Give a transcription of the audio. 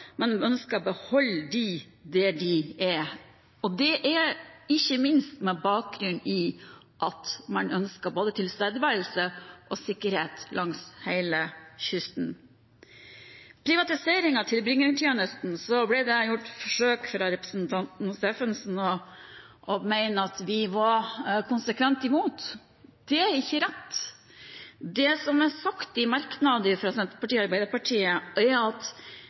men vi ønsker å beholde dem der de er, og det er ikke minst med bakgrunn i at man ønsker både tilstedeværelse og sikkerhet langs hele kysten. Når det gjelder privatisering av tilbringertjenesten, ble det gjort forsøk fra representanten Steffensen på å mene at vi var konsekvent imot. Det er ikke rett. Det som er sagt i merknaden fra Senterpartiet og Arbeiderpartiet, er at